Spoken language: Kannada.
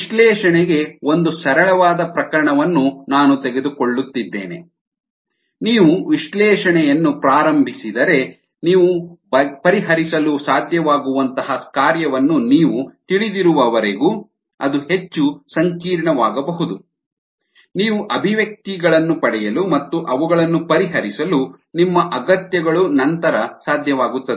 ವಿಶ್ಲೇಷಣೆಗೆ ಒಂದು ಸರಳವಾದ ಪ್ರಕರಣವನ್ನು ನಾನು ತೆಗೆದುಕೊಳ್ಳುತ್ತಿದ್ದೇನೆ ನೀವು ವಿಶ್ಲೇಷಣೆಯನ್ನು ಪ್ರಾರಂಭಿಸಿದರೆ ನೀವು ಪರಿಹರಿಸಲು ಸಾಧ್ಯವಾಗುವಂತಹ ಕಾರ್ಯವನ್ನು ನೀವು ತಿಳಿದಿರುವವರೆಗೂ ಅದು ಹೆಚ್ಚು ಸಂಕೀರ್ಣವಾಗಬಹುದು ನೀವು ಅಭಿವ್ಯಕ್ತಿಗಳನ್ನು ಪಡೆಯಲು ಮತ್ತು ಅವುಗಳನ್ನು ಪರಿಹರಿಸಲು ನಿಮ್ಮ ಅಗತ್ಯಗಳು ನಂತರ ಸಾಧ್ಯವಾಗುತ್ತದೆ